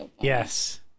yes